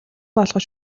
болгож